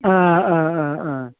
अ अ अ